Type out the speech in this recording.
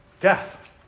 Death